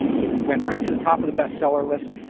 it went right to the top of the best seller list.